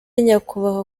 nyakubahwa